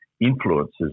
influences